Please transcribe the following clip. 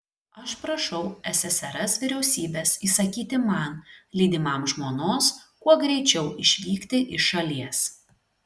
aš prašau ssrs vyriausybės įsakyti man lydimam žmonos kuo greičiau išvykti iš šalies